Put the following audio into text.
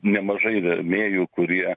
nemažai rėmėjų kurie